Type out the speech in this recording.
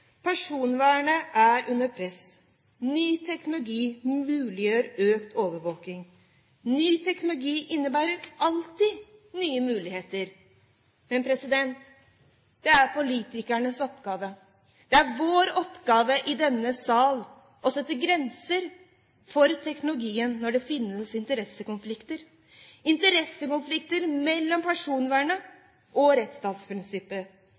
Personvernet er under press, og ny teknologi muliggjør økt overvåking. Ny teknologi innebærer alltid nye muligheter. Men det er politikernes oppgave – det er vår oppgave i denne sal – å sette grenser for teknologien når det finnes interessekonflikter mellom personvernet og rettsstatsprinsippet.